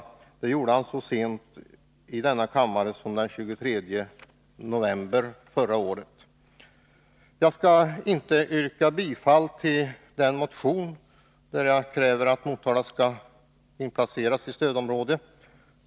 Detta uttalande gjorde han i denna kammare så sent som den 23 november förra året. Jag skall inte yrka bifall till min motion, där jag kräver att Motala skall inplaceras i stödområde.